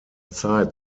zeit